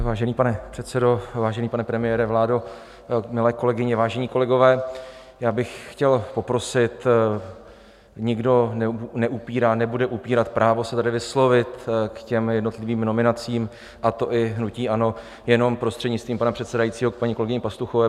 Vážený pane předsedající, vážený pane premiére, vládo, milé kolegyně, vážení kolegové, já bych chtěl poprosit: nikdo neupírá, nebude upírat právo se tady vyslovit k jednotlivým nominacím, a to i hnutí ANO, jenom, prostřednictvím pana předsedajícího, k paní kolegyni Pastuchové.